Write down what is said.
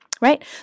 right